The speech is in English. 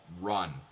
run